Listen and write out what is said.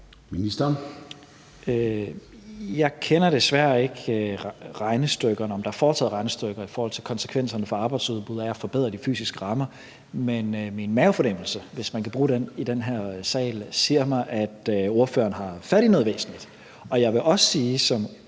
Tesfaye): Jeg kender desværre ikke til, om der er lavet regnestykker i forhold til konsekvenserne for arbejdsudbuddet af at forbedre de fysisk rammer. Men min mavefornemmelse, hvis man kan bruge den i den her sal, siger mig, at ordføreren har fat i noget væsentligt. Jeg vil også sige,